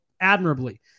admirably